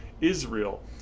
Israel